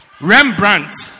Rembrandt